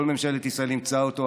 כל ממשלת ישראל אימצה אותו.